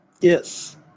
yes